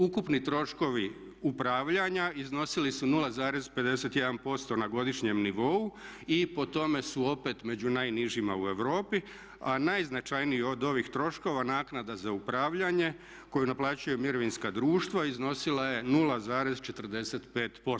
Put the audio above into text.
Ukupni troškovi upravljanja iznosili su 0,51% na godišnjem nivou i po tome su opet među najnižima u Europi, a najznačajniji od ovih troškova naknada za upravljanje koju naplaćuje mirovinska društva iznosila je 0,45%